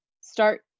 start